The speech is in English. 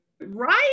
Right